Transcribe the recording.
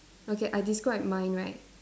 okay I describe mine right